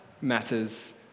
matters